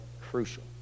crucial